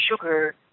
sugar